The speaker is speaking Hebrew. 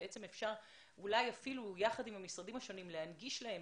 ובעצם אפשר יחד עם המשרדים השונים להנגיש להם